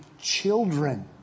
children